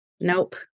Nope